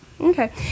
okay